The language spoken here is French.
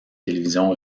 télévision